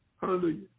Hallelujah